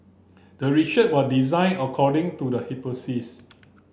the research was designed according to the hypothesis